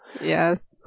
yes